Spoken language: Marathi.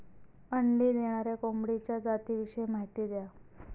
अंडी देणाऱ्या कोंबडीच्या जातिविषयी माहिती द्या